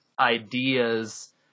ideas